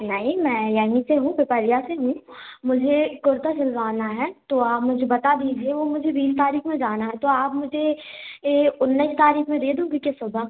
नहीं मैं यहीं से हूँ पिपरिया से हूँ मुझे कुर्ता सिलवाना है तो आप मुझे बता दीजिए वो मुझे बीस तारीख में जाना है तो आप मुझे ये उन्निस तारीख में दे दोगे क्या सुबह